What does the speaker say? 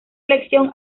elección